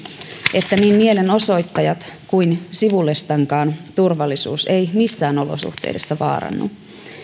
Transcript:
että niin mielenosoittajien kuin sivullistenkaan turvallisuus ei missään olosuhteissa vaarannu